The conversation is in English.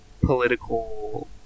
political